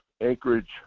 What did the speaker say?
Anchorage